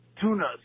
tunas